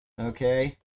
okay